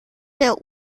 der